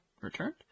returned